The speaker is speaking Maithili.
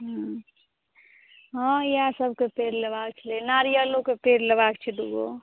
हूँ हँ इएह सबके पेड़ लेबाक छलै नारियलोके पेड़ लेबाक छै दू गो